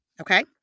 Okay